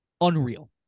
unreal